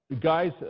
Guys